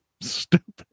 stupid